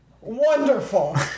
wonderful